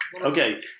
Okay